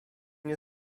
nie